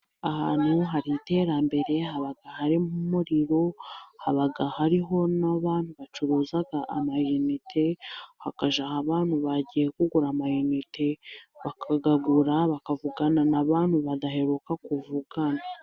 Ahantu hari iterambere haba hari muririro, haba hariho n'abantu bacuruza amayinete, hakajyayo abantu bagiye kugura amayinite bakayagura, bakavugana n'abantu badaheruka kuvugana.